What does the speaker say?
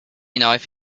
knife